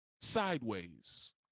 Sideways